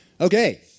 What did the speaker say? Okay